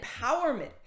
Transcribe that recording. empowerment